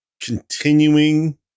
continuing